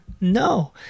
no